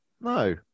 no